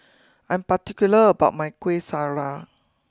I'm particular about my Kuih Syara